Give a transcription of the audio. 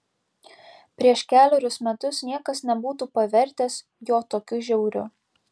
prieš kelerius metus niekas nebūtų pavertęs jo tokiu žiauriu